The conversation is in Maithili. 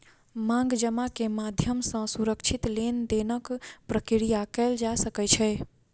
मांग जमा के माध्यम सॅ सुरक्षित लेन देनक प्रक्रिया कयल जा सकै छै